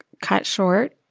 cut short,